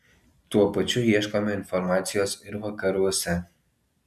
tuo pačiu ieškome informacijos ir vakaruose